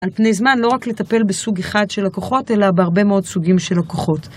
על פני זמן לא רק לטפל בסוג אחד של לקוחות, אלא בהרבה מאוד סוגים של לקוחות.